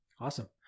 Awesome